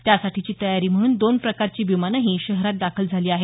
त्यासाठीची तयारी म्हणून दोन प्रकारची विमानंही शहरात दाखल झाली आहेत